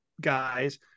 guys